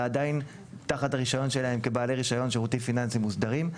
עדיין תחת הרישיון שלהם כבעלי רישיון שירותים פיננסים מוסדרים.